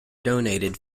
donated